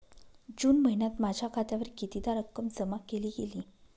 जून महिन्यात माझ्या खात्यावर कितीदा रक्कम जमा केली गेली?